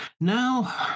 Now